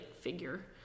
figure